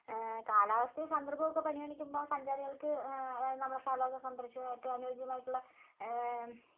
കാലാവസ്ഥയും സന്ദർഭവും ഒക്കെ പരിഗണിക്കുമ്പോൾ സഞ്ചാരികൾക്ക് നമ്മുടെ സ്ഥലമൊക്കെ സന്ദർശിക്കാൻ ഏറ്റവും അനുയോജ്യമായിട്ടുള്ള